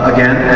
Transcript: Again